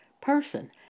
person